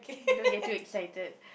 don't get too excited